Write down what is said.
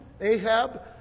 Ahab